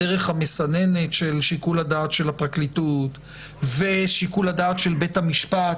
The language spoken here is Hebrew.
דרך המסננת של שיקול דעת הפרקליטות ושיקול דעת בית המשפט,